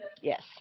Yes